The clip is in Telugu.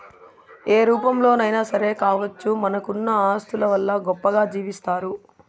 ఏ రూపంలోనైనా సరే కావచ్చు మనకున్న ఆస్తుల వల్ల గొప్పగా జీవిస్తారు